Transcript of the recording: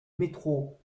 métro